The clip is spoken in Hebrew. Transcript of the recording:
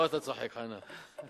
למה אתה צוחק, חנא?